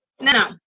No